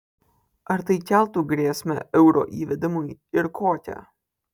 ar tai keltų grėsmę euro įvedimui ir kokią